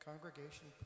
congregation